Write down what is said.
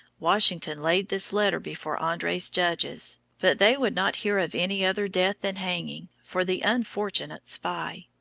washington laid this letter before andre's judges, but they would not hear of any other death than hanging for the unfortunate spy.